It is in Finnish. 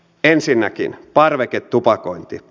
ensinnäkin parveketupakointi